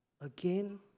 Again